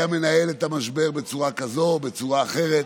מנהל את המשבר בצורה כזו או בצורה אחרת,